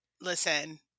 listen